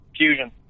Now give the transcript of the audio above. Fusion